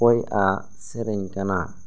ᱚᱠᱚᱭ ᱟᱜ ᱥᱮᱨᱮᱧ ᱠᱟᱱᱟ